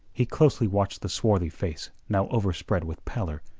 he closely watched the swarthy face now overspread with pallor,